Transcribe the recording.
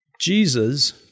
Jesus